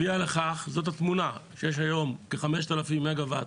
הביאה לכך, זאת התמונה, שיש היום כ-5,000 מגוואט